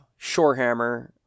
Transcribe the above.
Shorehammer